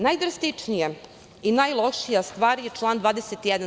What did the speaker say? Najdrastičnija i najlošija stvar je član 21.